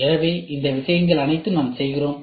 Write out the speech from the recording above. எனவே இவைகள் அனைத்தையும் நாம் செய்கிறோம்